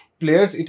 players